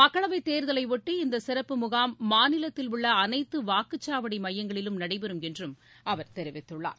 மக்களவை தேர்தலையொட்டி இந்த சிறப்பு முகாம் மாநிலத்தில் உள்ள அனைத்து வாக்குச்சாவடி மையங்களிலும் நடைபெறும் என்றும் அவர் தெரிவித்துள்ளார்